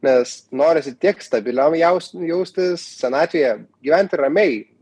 nes norisi tiek stabiliam jaus jaustis senatvėje gyventi ramiai